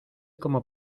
como